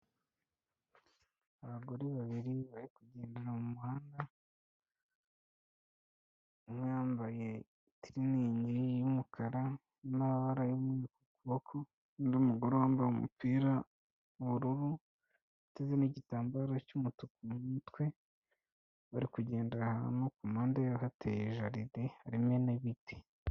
Abagore babiri bari kugendana mu muhanda umwe yambaye tiriningi y'umukara n'amabara y'ukuboko undi mugore wambaye umupira w'ubururu uteze n'igitambaro cy'umutuku mu mutwe bari kugendara ahantu kumpande hateye jaride rimwe n'ibiti.